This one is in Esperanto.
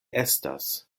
estas